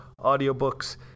audiobooks